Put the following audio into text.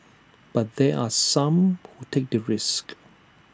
but there are some who take the risk